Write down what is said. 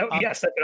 Yes